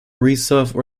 reserve